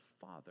father